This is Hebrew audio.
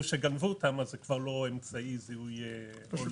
שגנבו אותם כך שזה כבר לא אמצעי זיהוי הולם.